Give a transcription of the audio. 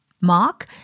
Mark